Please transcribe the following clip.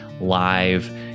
live